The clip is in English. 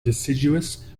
deciduous